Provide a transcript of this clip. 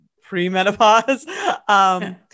pre-menopause